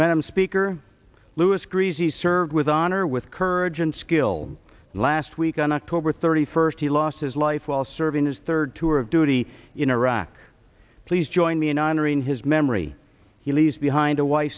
madam speaker lewis greasiest served with honor with courage and skill last week on october thirty first he lost his life while serving his third tour of duty in iraq please join me in honoring his memory he leaves behind a wife